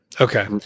Okay